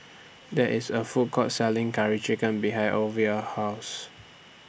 There IS A Food Court Selling Curry Chicken behind Ova's House